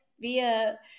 via